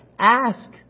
Ask